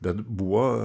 bet buvo